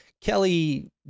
kelly